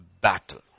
battle